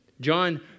John